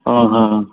आं हां हां